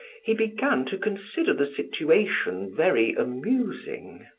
he began to consider the situation very amusing.